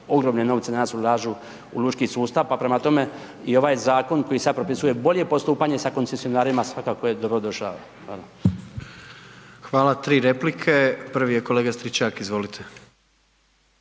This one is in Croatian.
ogromne novce danas ulažu u lučki sustav, pa prema tome i ovaj zakon koji sad propisuje bolje postupanje sa koncesionarima svakako je dobrodošao. Hvala. **Jandroković, Gordan (HDZ)** Hvala. Tri replike, prvi je kolega Stričak, izvolite.